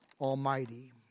Almighty